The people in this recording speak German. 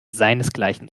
seinesgleichen